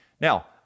Now